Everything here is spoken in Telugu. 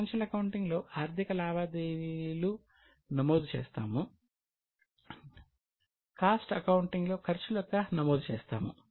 ఫైనాన్షియల్ అకౌంటింగ్ లో ఆర్ధిక లావాదేవీలు నమోదు చేస్తాము కాస్ట్ అకౌంటింగ్ లో ఖర్చుల యొక్క నమోదు చేస్తాము